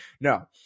No